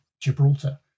Gibraltar